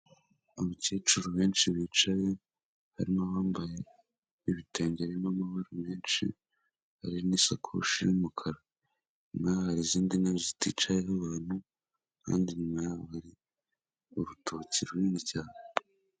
Abakecuru benshi bicaye harimo bambaye ibitenge birimo amabara menshi, hari n'isakoshi y'umukara. Inyuma yaho hari izindi ntebe ziticayeho abantu, kandi inyuma yabo hari urutoki runini cyane.